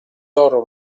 loro